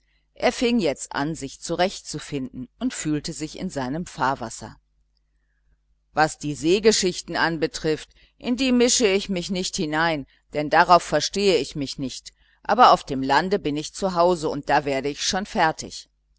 er fing jetzt an sich zurechtzufinden und fühlte sich in seinem fahrwasser was die seegeschichten anbetrifft in die mische ich mich nicht hinein denn darauf verstehe ich mich nicht aber auf dem lande bin ich zu hause und da werde ich schon fertig